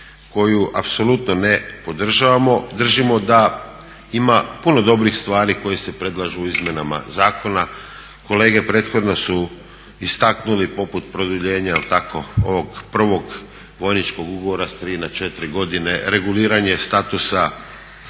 koju apsolutno ne podržavamo, držimo da ima puno dobrih stvari koje se predlažu u izmjenama zakona. Kolege prethodno su istaknuli poput produljenja, jel tako, ovog prvog vojničkog ugovora s 3 na 4 godine, reguliranje statusa